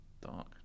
Dark